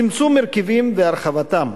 צמצום הרכבים והרחבתם,